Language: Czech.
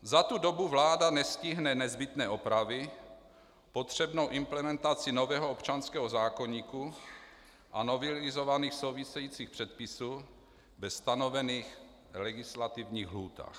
Za tu dobu vláda nestihne nezbytné opravy, potřebnou implementaci nového občanského zákoníku a novelizovaných souvisejících předpisů ve stanovených legislativních lhůtách.